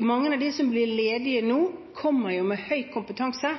Mange av dem som blir ledige nå, kommer med høy kompetanse